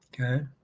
okay